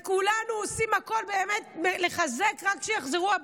וכולנו עושים הכול באמת לחזק, רק שיחזרו הביתה.